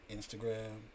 Instagram